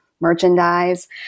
merchandise